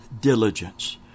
diligence